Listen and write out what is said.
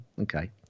Okay